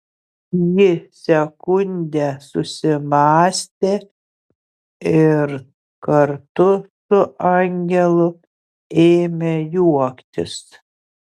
ji sekundę susimąstė ir kartu su angelu ėmė juoktis